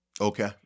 Okay